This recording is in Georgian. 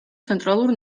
ცენტრალურ